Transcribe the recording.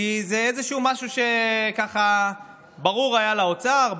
זה משהו שהיה ברור לאוצר,